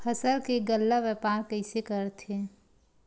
फसल के गल्ला व्यापार कइसे करथे?